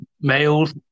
males